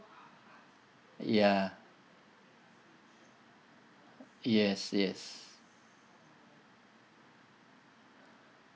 ya yes yes